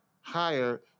higher